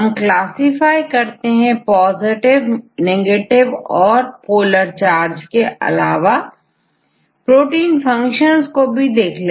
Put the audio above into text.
हम क्लासिफाई करते हैं पॉजिटिवऔर नेगेटिव चार्ज और पोलर इसके अलावा हमने प्रोटीन फंक्शन को भी देखा